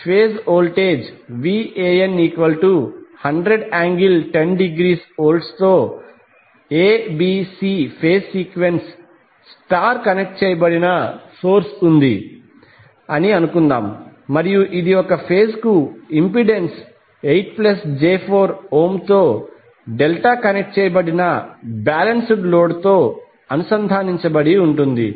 phase voltage Van 100∠10 ° V తో A B C phase sequence star connect చేయబడిన source ఉంది అని అనుకుందాం మరియు ఇది ఒక ఫేజ్ కు ఇంపెడెన్స్ 8j4 తో డెల్టా కనెక్ట్ చేయబడిన బాలెన్స్డ్ లోడ్ తో అనుసంధానించబడి ఉంటుంది